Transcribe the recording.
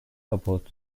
about